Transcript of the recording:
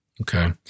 Okay